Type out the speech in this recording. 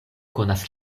konas